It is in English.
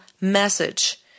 message